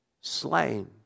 slain